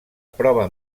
prova